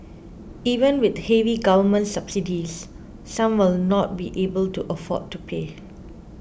even with heavy government subsidies some will not be able to afford to pay